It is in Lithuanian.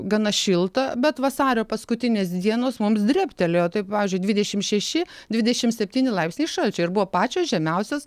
gana šiltą bet vasario paskutinės dienos mums drėbtelėjo taip pavyzdžiui dvidešimt šeši dvidešimt septyni laipsniai šalčio ir buvo pačios žemiausios